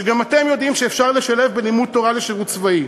שגם אתם יודעים שאפשר לשלב לימוד תורה ושירות צבאי.